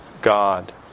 God